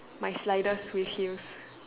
my sliders with heels